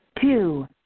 Two